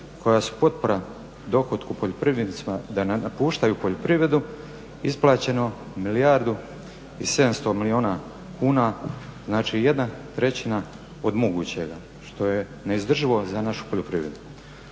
koja su potpora dohotku poljoprivrednicima da ne napuštaju poljoprivredu isplaćeno milijardu i 700 milijuna kuna, znači jedna trećina od mogućega što je neizdrživo za našu poljoprivredu.